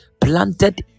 planted